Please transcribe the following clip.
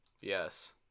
Yes